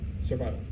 survival